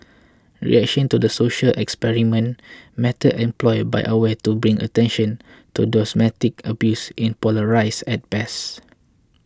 reaction to the social experiment method employed by Aware to bring attention to domestic abuse in polarised at best